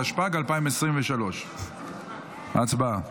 התשפ"ג 2023. הצבעה.